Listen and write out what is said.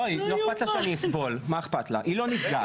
לא אכפת לה שאני אסבול מה אכפת לה, היא לא נפגעת.